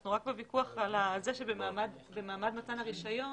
אנחנו רק בוויכוח על כך שבמעמד מתן הרישיון